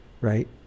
right